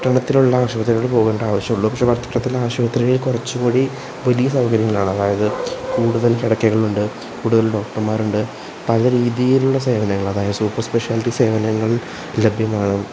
പട്ടണത്തിലുള്ള ആശുപത്രികളിൽ പോകേണ്ട ആവശ്യമുള്ളൂ പക്ഷെ പട്ടണത്തിലെ ആശുപത്രിയിൽ കുറച്ചുംകൂടി വലിയ സൗകര്യങ്ങളാണ് അതായത് കൂടുതൽ കിടക്കകളുണ്ട് കൂടുതൽ ഡോക്ടർമാരുണ്ട് പല രീതിയിലുള്ള സേവനങ്ങൾ അതായത് സൂപ്പർ സ്പെഷ്യലിറ്റി സേവനങ്ങൾ ലഭ്യമാണ്